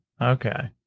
Okay